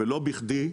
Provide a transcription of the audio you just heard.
ולא בכדי,